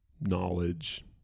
knowledge